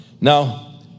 Now